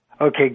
Okay